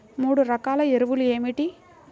మూడు రకాల ఎరువులు ఏమిటి?